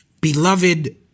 beloved